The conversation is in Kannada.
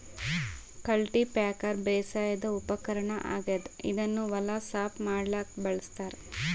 ಕಲ್ಟಿಪ್ಯಾಕರ್ ಬೇಸಾಯದ್ ಉಪಕರ್ಣ್ ಆಗಿದ್ದ್ ಇದನ್ನ್ ಹೊಲ ಸಾಫ್ ಮಾಡಕ್ಕ್ ಬಳಸ್ತಾರ್